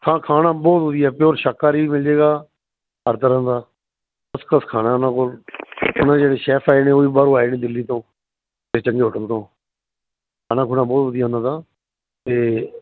ਹਾਂ ਖਾਣਾ ਬਹੁਤ ਵਧੀਆ ਪਿਓਰ ਸ਼ਾਕਾਹਾਰੀ ਵੀ ਮਿਲਜੇਗਾ ਹਰ ਤਰ੍ਹਾਂ ਦਾ ਫਸਕਲਾਸ ਖਾਣਾ ਉਨ੍ਹਾਂ ਕੋਲ ਉਨ੍ਹਾਂ ਦੇ ਜਿਹੜੇ ਸ਼ੈਫ ਆਏ ਨੇ ਉਹ ਬਾਹਰੋਂ ਆਏ ਨੇ ਦਿੱਲੀ ਤੋਂ ਕਿਸੇ ਚੰਗੇ ਹੋਟਲ ਤੋਂ ਖਾਣਾ ਖੂਣਾ ਬਹੁਤ ਵਧੀਆ ਉਨ੍ਹਾਂ ਦਾ ਤੇ